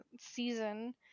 season